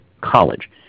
college